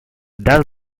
does